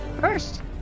first